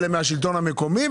אלה מהשלטון המקומי,